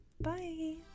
bye